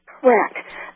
Correct